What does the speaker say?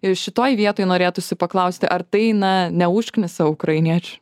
ir šitoj vietoj norėtųsi paklausti ar tai na neužknisa ukrainiečių